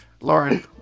Lauren